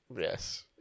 Yes